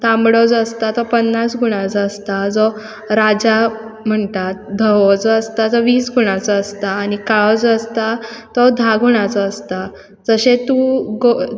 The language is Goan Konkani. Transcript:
तांबडो जो आसता तो पन्नास गुणाचो आसता जो राजा म्हणटात धवो जो आसता ताका वीस गुणाचो आसता आनी काळो जो आसता तो धा गुणाचो आसता जशें तूं